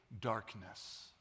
darkness